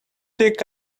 think